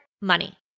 money